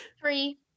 Three